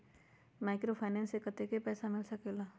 Microfinance से कतेक पैसा मिल सकले ला?